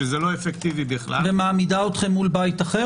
שזה לא אפקטיבי בכלל --- ומעמידה אתכם מול בית אחר?